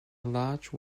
large